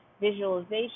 visualization